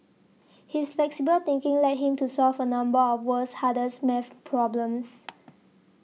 his flexible thinking led him to solve a number of world's hardest math problems